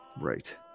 Right